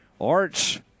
Art's –